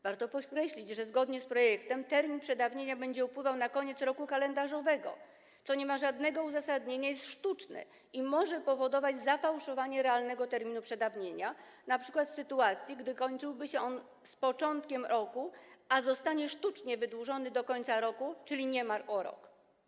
Warto podkreślić, że zgodnie z projektem termin przedawnienia będzie upływał na koniec roku kalendarzowego, co nie ma żadnego uzasadnienia, jest sztuczne i może powodować zafałszowanie realnego terminu przedawnienia, np. w sytuacji gdy kończyłby się on z początkiem roku, a zostanie sztucznie wydłużony do końca roku, czyli niemal o rok.